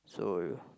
so